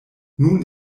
nun